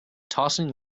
tossing